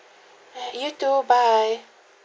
ya you too bye